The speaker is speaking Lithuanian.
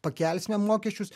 pakelsime mokesčius